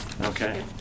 Okay